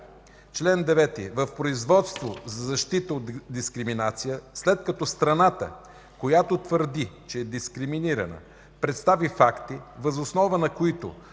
„Чл. 9. В производство за защита от дискриминация, след като страната, която твърди, че е дискриминирана, представи факти, въз основа на които